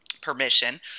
permission